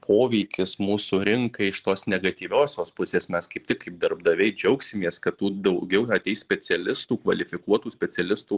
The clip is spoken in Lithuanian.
poveikis mūsų rinkai iš tos negatyviosios pusės mes kaip tik kaip darbdaviai džiaugsimės kad tų daugiau ateis specialistų kvalifikuotų specialistų